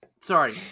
sorry